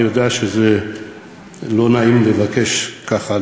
אני יודע שזה לא נעים לבקש ככה,